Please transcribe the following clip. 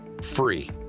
free